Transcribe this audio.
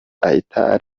ahita